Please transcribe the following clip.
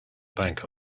bank